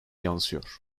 yansıyor